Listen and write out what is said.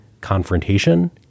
confrontation